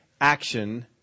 action